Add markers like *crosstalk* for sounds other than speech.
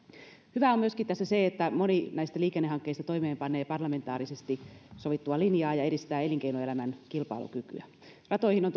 hyvää on tässä myöskin se se että moni näistä liikennehankkeista toimeenpanee parlamentaarisesti sovittua linjaa ja edistää elinkeinoelämän kilpailukykyä ratoihin on *unintelligible*